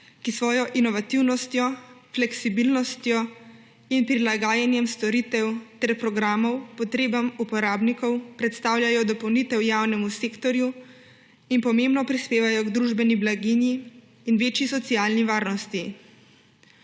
ki s svojo inovativnostjo, fleksibilnostjo in prilagajanjem storitev ter programov potrebam uporabnikov predstavljajo dopolnitev javnemu sektorju in pomembno prispevajo k družbeni blaginji in večji socialni varnosti.